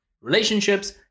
Relationships